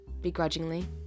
begrudgingly